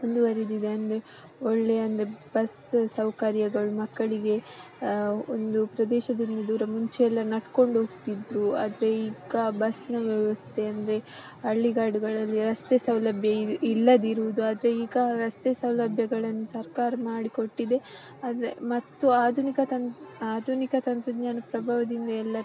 ಮುಂದುವರಿದಿದೆ ಅಂದರೆ ಒಳ್ಳೆ ಅಂದರೆ ಬಸ್ ಸೌಕರ್ಯಗಳು ಮಕ್ಕಳಿಗೆ ಒಂದು ಪ್ರದೇಶದಲ್ಲಿ ದೂರ ಮುಂಚೆಯೆಲ್ಲ ನಡ್ಕೊಂಡು ಹೋಗ್ತಿದ್ರು ಆದರೆ ಈಗ ಬಸ್ನ ವ್ಯವಸ್ಥೆ ಅಂದರೆ ಹಳ್ಳಿಗಾಡುಗಳಲ್ಲಿ ರಸ್ತೆ ಸೌಲಭ್ಯ ಇಲ್ಲದಿರುವುದು ಆದರೆ ಈಗ ರಸ್ತೆ ಸೌಲಭ್ಯಗಳನ್ನು ಸರ್ಕಾರ ಮಾಡಿ ಕೊಟ್ಟಿದೆ ಅಂದರೆ ಮತ್ತು ಆಧುನಿಕ ತನ್ನ ಆಧುನಿಕ ತಂತ್ರಜ್ಞಾನ ಪ್ರಭಾವದಿಂದ ಎಲ್ಲ